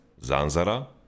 Zanzara